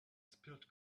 spilled